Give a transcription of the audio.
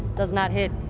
does not hit.